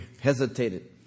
hesitated